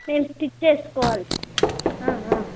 మేము పిక్ చేసుకోవాలి